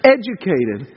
educated